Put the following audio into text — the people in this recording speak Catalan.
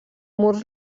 murs